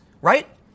right